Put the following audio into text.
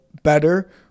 Better